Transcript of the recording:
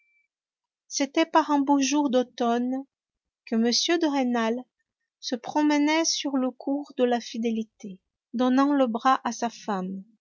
c'était par un beau jour d'automne que m de rênal se promenait sur le cours de la fidélité donnant le bras à sa femme